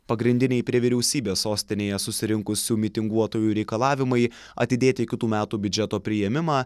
pagrindiniai prie vyriausybės sostinėje susirinkusių mitinguotojų reikalavimai atidėti kitų metų biudžeto priėmimą